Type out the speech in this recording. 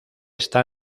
está